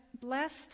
Blessed